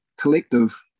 Collective